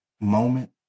moment